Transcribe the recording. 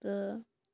تہٕ